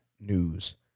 news